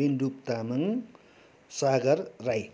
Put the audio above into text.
Minduk Tamang Sagar Rai